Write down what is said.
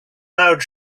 loud